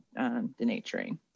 denaturing